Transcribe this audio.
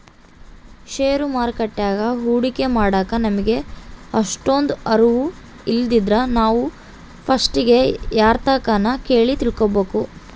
ಷೇರು ಮಾರುಕಟ್ಯಾಗ ಹೂಡಿಕೆ ಮಾಡಾಕ ನಮಿಗೆ ಅಷ್ಟಕೊಂದು ಅರುವು ಇಲ್ಲಿದ್ರ ನಾವು ಪಸ್ಟಿಗೆ ಯಾರ್ತಕನ ಕೇಳಿ ತಿಳ್ಕಬಕು